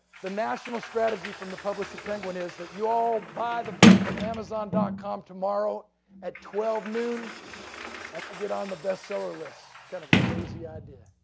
the national strategy from the publisher penguin is that you all buy the book from amazon dot com tomorrow at twelve noon and i get on the bestseller lists, kind of a crazy idea.